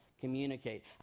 Communicate